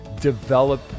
develop